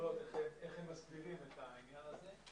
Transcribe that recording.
הגדולות מסבירים את העניין הזה.